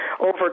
over